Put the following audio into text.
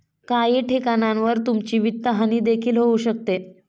काही ठिकाणांवर तुमची वित्तहानी देखील होऊ शकते